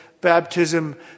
baptism